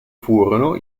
furono